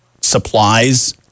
supplies